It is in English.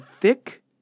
thick